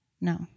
No